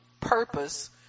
purpose